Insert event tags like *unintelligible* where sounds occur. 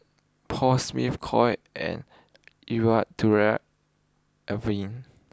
Paul Smith Koi and Eau *unintelligible* Avene